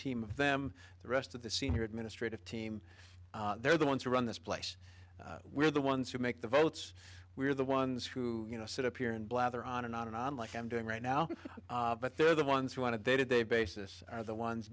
team of them the rest of the senior administrative team they're the ones who run this place we're the ones who make the votes we're the ones who you know sit up here and blather on and on and on like i'm doing right now but they're the ones who want to they did they basis are the ones